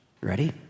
Ready